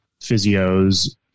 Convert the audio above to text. physios